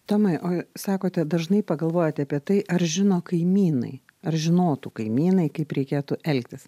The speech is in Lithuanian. tomai o sakote dažnai pagalvojate apie tai ar žino kaimynai ar žinotų kaimynai kaip reikėtų elgtis